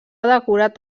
decorat